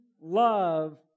love